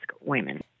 women